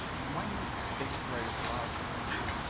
um when this grows large enough,